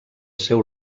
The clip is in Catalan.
seu